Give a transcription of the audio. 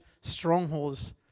strongholds